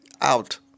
out